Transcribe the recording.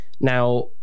now